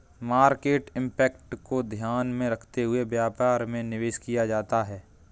market impact को ध्यान में रखते हुए व्यापार में निवेश किया जाता है